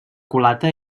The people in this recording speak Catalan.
culata